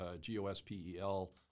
G-O-S-P-E-L